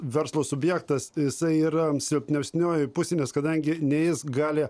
verslo subjektas jisai yra silpnesnioji pusė nes kadangi nei jis gali